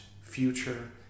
future